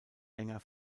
enger